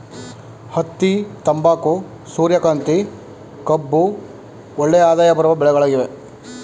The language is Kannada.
ಹತ್ತಿ, ತಂಬಾಕು, ಸೂರ್ಯಕಾಂತಿ, ಕಬ್ಬು ಒಳ್ಳೆಯ ಆದಾಯ ಬರುವ ಬೆಳೆಗಳಾಗಿವೆ